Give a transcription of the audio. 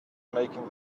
making